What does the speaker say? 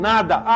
Nada